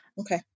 Okay